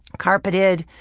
carpeted.